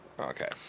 Okay